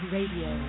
Radio